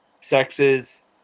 sexes